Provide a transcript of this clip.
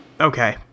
Okay